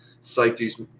Safety's